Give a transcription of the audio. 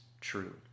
true